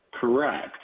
Correct